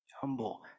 humble